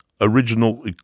original